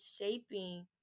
shaping